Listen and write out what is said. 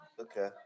Okay